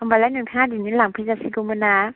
होमबालाय नोंथाङा दिनैनो लांफैनो हासिगौमोन ना